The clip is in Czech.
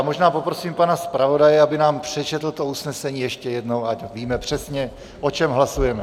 Možná poprosím pana zpravodaje, aby nám přečetl to usnesení ještě jednou, ať víme přesně, o čem hlasujeme.